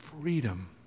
freedom